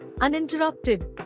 uninterrupted